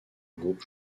groupe